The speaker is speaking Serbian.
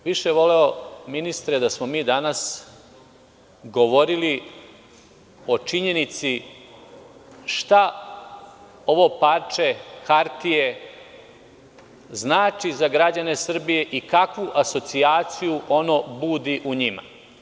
Ja bih više voleo ministre, da smo mi danas govorili o činjenici šta ovo parče hartije znači za građane Srbije i kakvu asocijaciju ono budi u njima?